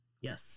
yes